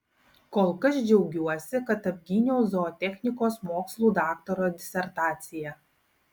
kol kas džiaugiuosi kad apgyniau zootechnikos mokslų daktaro disertaciją